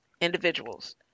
individuals